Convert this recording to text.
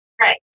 Right